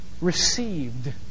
received